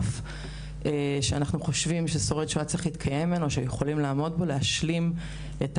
בסוף החשש שלי זה שעוד עשר שנים תגיע איזושהי ממשלה בישראל ותגיד,